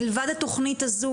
מלבד התוכנית הזו,